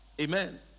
Amen